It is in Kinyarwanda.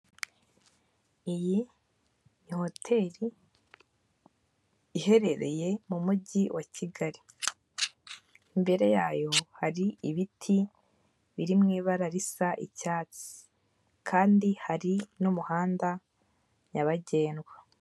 Iyi ni hoteli iherereye mu mujyi wa Kigali, imbere yayo hari ibiti biri mu ibara risa icyatsi kandi hari n'umuhanda nyabagendwa.